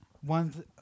one